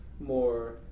more